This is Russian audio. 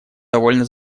довольно